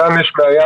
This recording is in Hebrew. אומנם יש בעיה,